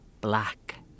black